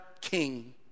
king